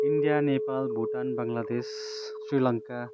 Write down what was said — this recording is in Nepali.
इन्डिया नेपाल भुटान बङ्गलादेश श्रीलङ्का